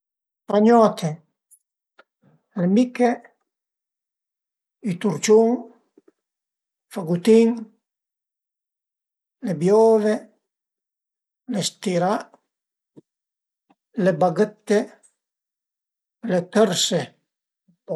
Pagnote, le miche, i turciun, fagutin, le biove, le stirà, le baghëtte, le tërse